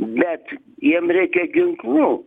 bet jiem reikia ginklų